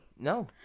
No